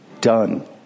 Done